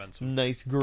nice